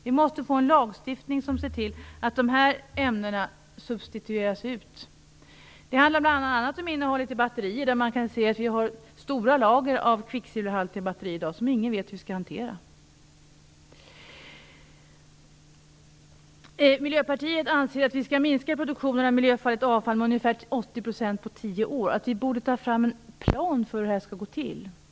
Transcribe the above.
Vi måste nämligen få en lagstiftning som ser till att de här ämnena substitueras ut. Det handlar bl.a. om innehållet i batterier. Det finns i dag stora lager av kvicksilverhaltiga batterier, och ingen vet hur de skall hanteras. Vi i Miljöpartiet anser att produktionen av miljöfarligt avfall skall minskas med ungefär 80 % på tio år. Vi borde ta fram en plan för hur detta skall gå till.